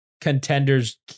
contenders